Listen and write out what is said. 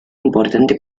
importante